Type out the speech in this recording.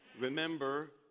Remember